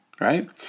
Right